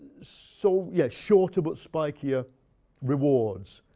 so yeah. shorter but spikier rewards,